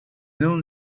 noon